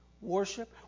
worship